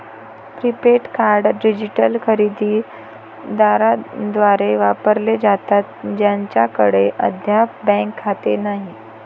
prepaid card digital खरेदी दारांद्वारे वापरले जातात ज्यांच्याकडे अद्याप बँक खाते नाही